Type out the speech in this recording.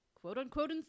quote-unquote